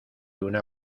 una